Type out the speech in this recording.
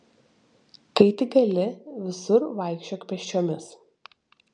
kai tik gali visur vaikščiok pėsčiomis